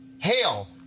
hell